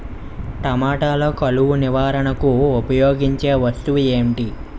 టమాటాలో కలుపు నివారణకు ఉపయోగించే వస్తువు ఏంటి?